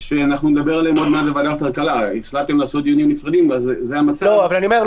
הנוהל של ועדת החריגים מופיע באתר משרד הבריאות?